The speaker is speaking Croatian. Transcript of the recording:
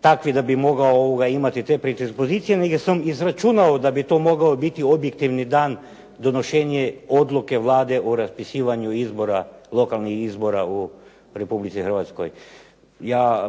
takvi da bi mogao imati te predispozicije. Nego sam izračunao da bi to mogao biti objektivni dan donošenje odluke Vlade o raspisivanju izbora, lokalnih izbora u Republici Hrvatskoj.